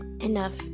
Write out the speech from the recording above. enough